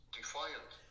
defiant